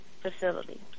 facility